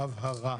ההבהרה.